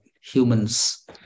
humans